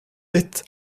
death